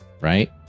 right